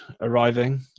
arriving